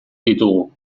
ditugu